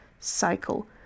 cycle